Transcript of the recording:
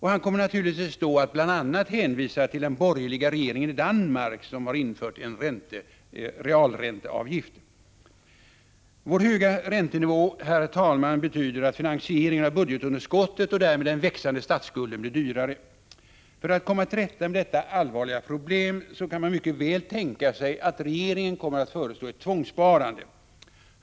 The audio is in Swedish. Han kommer naturligtvis då att bl.a. hänvisa till den borgerliga regeringen i Danmark, som har infört en realränteavgift. Vår höga räntenivå, herr talman, betyder att finansieringen av budgetunderskottet och därmed den växande statsskulden blir dyrare. För att komma till rätta med detta allvarliga problem kan man mycket väl tänka sig att regeringen kommer att föreslå ett tvångssparande.